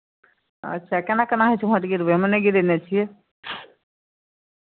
अच्छा केना केना होइ छै भोट गिरेबै हमे नहि गिरेने छियै